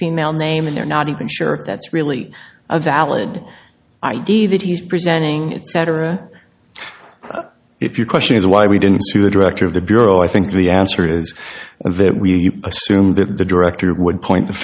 female name in there not even sure if that's really a valid id that he's presenting cetera if you question is why we didn't see the director of the bureau i think the answer is that we assume that the director would point the